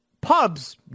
pubs